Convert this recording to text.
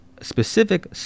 specific